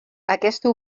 aquesta